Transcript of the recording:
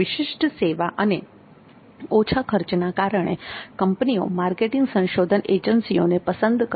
વિશિષ્ટ સેવા અને ઓછા ખર્ચના કારણે કંપનીઓ માર્કેટિંગ સંશોધન એજન્સીઓને પસંદ કરે છે